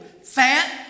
Fat